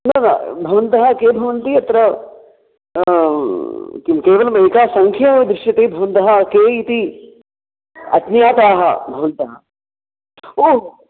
न न भवन्तः के भवन्ति अत्र किं केवलम् एका सङ्ख्यैव दृश्यते भवन्तः के इति अज्ञाताः भवन्तः ओ